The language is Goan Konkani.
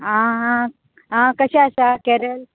आं कशें आसा कॅरल